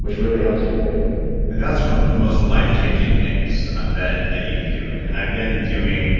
which really helps people wake up that's one of the most life changing things that that you can do and and i've been doing